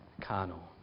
carnal